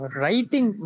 writing